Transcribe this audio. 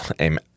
Amen